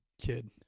kid